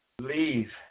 Leave